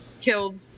killed